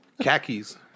Khakis